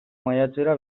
maiatzera